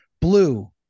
blue